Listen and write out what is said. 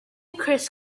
chris